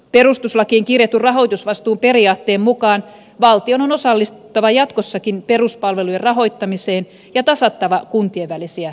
perustuslakiin kirjattu rahoitusvastuu periaatteen mukaan valtion on osallistuttava jatkossakin peruspalvelujen rahoittamiseen ja tasattava kuntien välisiä